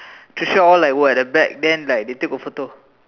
Tricia all like were at the back then like they take a photo